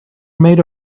maid